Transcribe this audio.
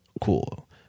Cool